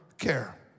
care